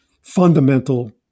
fundamental